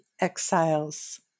exiles